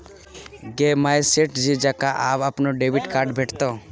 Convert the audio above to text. गे माय सेठ जी जकां आब अपनो डेबिट कार्ड भेटितौ